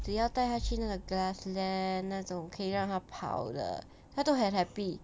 只要带它去那个 grassland 那种可以让它跑的它都很 happy